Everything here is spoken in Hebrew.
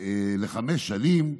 לחמש שנים,